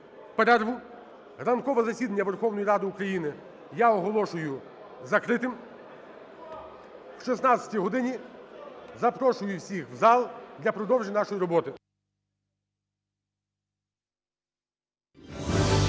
перерву. Ранкове засідання Верховної Ради України я оголошую закритим. О 16-й годині запрошую всіх в зал для продовження нашої роботи.